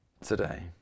today